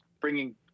bringing